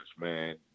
man